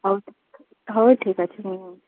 ହଉ ହଉ ଠିକ୍ ଅଛି ହଁ